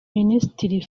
minisitiri